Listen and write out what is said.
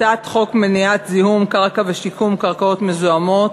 הצעת חוק מניעת זיהום קרקע ושיקום קרקעות מזוהמות,